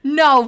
no